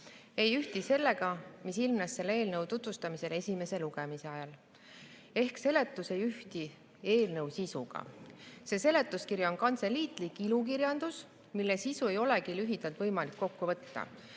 ei ühti sellega, mis ilmnes selle eelnõu tutvustamisel esimese lugemise ajal, ehk seletus ei ühti eelnõu sisuga. Seletuskiri on kantseliitlik ilukirjandus, mille sisu ei olegi võimalik lühidalt kokku võtta.